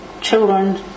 children